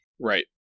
Right